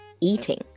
eating